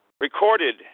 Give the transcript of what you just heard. recorded